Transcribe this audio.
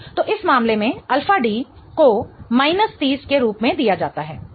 तो इस मामले में अल्फा D को माइनस 30 के रूप में दिया जाता है ठीक है